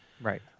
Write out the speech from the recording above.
Right